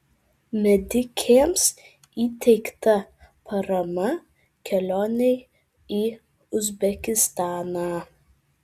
medikėms įteikta parama kelionei į uzbekistaną